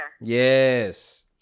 Yes